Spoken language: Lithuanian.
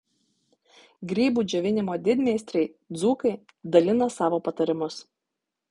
grybų džiovinimo didmeistriai dzūkai dalina savo patarimus